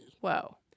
Whoa